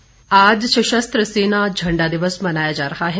झण्डा दिवस आज सशस्त्र सेना झण्डा दिवस मनाया जा रहा है